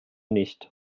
nicht